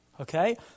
Okay